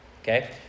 Okay